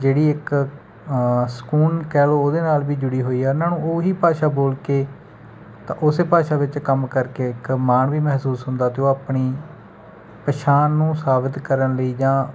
ਜਿਹੜੀ ਇੱਕ ਸਕੂਨ ਕਹਿ ਲਓ ਉਹਦੇ ਨਾਲ ਵੀ ਜੁੜੀ ਹੋਈ ਹੈ ਉਨ੍ਹਾਂ ਨੂੰ ਓਹੀ ਭਾਸ਼ਾ ਬੋਲ ਕੇ ਤਾਂ ਓਸੇ ਭਾਸ਼ਾ ਵਿੱਚ ਕੰਮ ਕਰਕੇ ਇੱਕ ਮਾਣ ਵੀ ਮਹਿਸੂਸ ਹੁੰਦਾ ਅਤੇ ਉਹ ਆਪਣੀ ਪਛਾਣ ਨੂੰ ਸਾਬਿਤ ਕਰਨ ਲਈ ਜਾਂ